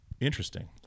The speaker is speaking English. interesting